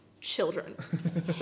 children